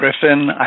Griffin